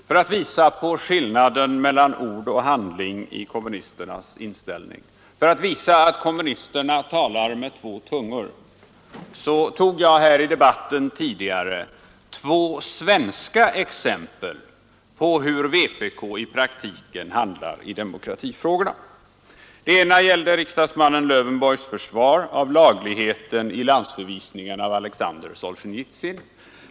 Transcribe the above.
Herr talman! För att visa på skillnaden mellan ord och handling i kommunisternas inställning och för att visa att kommunisterna talar med två tungor tog jag tidigare i debatten upp två svenska exempel på hur kommunisterna i praktiken handlar i demokratifrågorna. Det ena gällde riksdagsmannen Lövenborgs försvar av lagligheten i landsförvisningen av Alexander Solzjenitsyn.